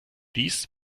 dies